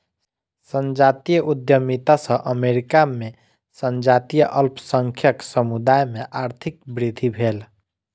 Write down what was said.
संजातीय उद्यमिता सॅ अमेरिका में संजातीय अल्पसंख्यक समुदाय में आर्थिक वृद्धि भेल